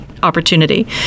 opportunity